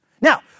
Now